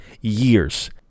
years